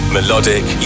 Melodic